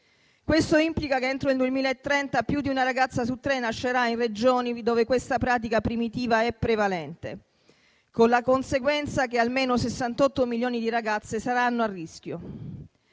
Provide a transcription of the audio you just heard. Questo implica che entro il 2030 più di una ragazza su tre nascerà in regioni dove questa pratica primitiva è prevalente, con la conseguenza che almeno 68 milioni di ragazze saranno a rischio.